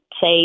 say